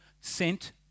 sent